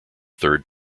third